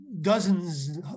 dozens